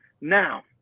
Now